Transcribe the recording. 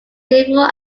civil